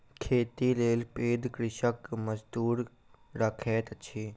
खेतीक लेल पैघ कृषक मजदूर रखैत अछि